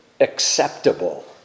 acceptable